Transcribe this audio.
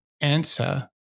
answer